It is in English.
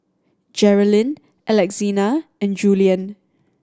Jerrilyn Alexina and Julien